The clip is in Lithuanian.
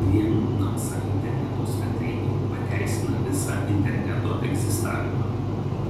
vien nasa interneto svetainė pateisina visą interneto egzistavimą